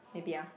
maybe ah